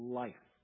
life